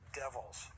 devils